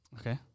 Okay